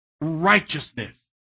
righteousness